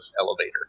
elevator